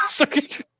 Okay